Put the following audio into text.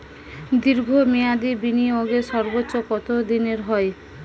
দীর্ঘ মেয়াদি বিনিয়োগের সর্বোচ্চ কত দিনের হয়?